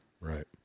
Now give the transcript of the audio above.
Right